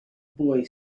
boy